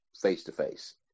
face-to-face